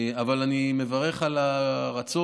אבל אני מברך על הרצון.